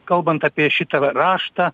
kalbant apie šitą va raštą